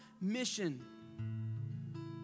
mission